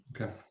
okay